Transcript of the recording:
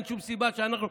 ואין שום סיבה שאנחנו,